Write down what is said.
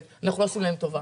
אנחנו לא עושים להם טובה.